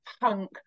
punk